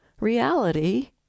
reality